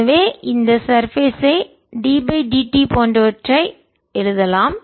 எனவே இந்த சர்பேஸ் ஐ மேற்பரப்பை d dt போன்றவற்றை எழுதலாம்